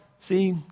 See